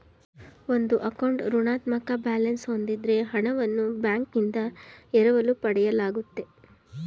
ಒಂದು ಅಕೌಂಟ್ ಋಣಾತ್ಮಕ ಬ್ಯಾಲೆನ್ಸ್ ಹೂಂದಿದ್ದ್ರೆ ಹಣವನ್ನು ಬ್ಯಾಂಕ್ನಿಂದ ಎರವಲು ಪಡೆಯಲಾಗುತ್ತೆ